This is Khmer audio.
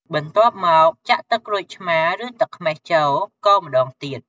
បន្ទាប់មក ចាក់ ទឹកក្រូចឆ្មារ ឬទឹកខ្មេះ ចូល កូរម្តងទៀត។